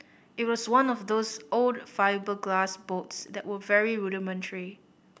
it was one of those old fibreglass boats that were very rudimentary